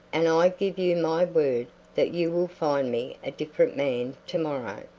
and i give you my word that you will find me a different man to-morrow.